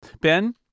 Ben